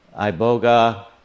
iboga